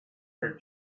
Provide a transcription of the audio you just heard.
are